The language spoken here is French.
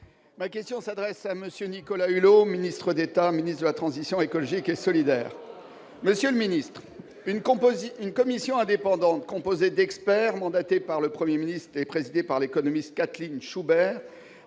Ma question s'adresse à M. Nicolas Hulot, ministre d'État, ministre de la transition écologique et solidaire. Une commission indépendante composée d'experts, mandatée par le Premier ministre et présidée par l'économiste Katheline Schubert,